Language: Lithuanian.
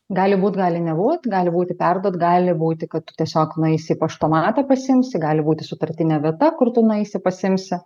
gali būt gali nebūt gali būti perduot gali būti kad tu tiesiog nueisi į paštomatą pasiimsi gali būti sutartinė vieta kur tu nueisi pasiimsi